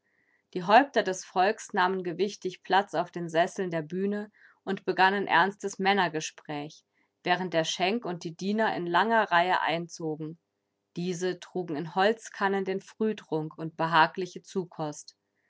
die häupter des volks nahmen gewichtig platz auf den sesseln der bühne und begannen ernstes männergespräch während der schenk und die diener in langer reihe einzogen diese trugen in holzkannen den frühtrunk und behagliche zukost